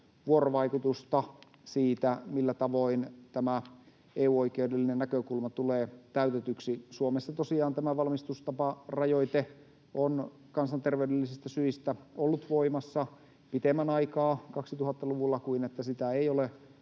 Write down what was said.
vuorovaikutusta siitä, millä tavoin tämä EU-oikeudellinen näkökulma tulee täytetyksi. Suomessa tosiaan tämä valmistustaparajoite on kansanterveydellisistä syistä ollut voimassa pitemmän aikaa 2000-luvulla kuin että sitä ei ole